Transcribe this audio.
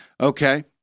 okay